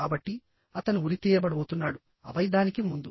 కాబట్టి అతను ఉరి తీయబడబోతున్నాడుఆపై దానికి ముందు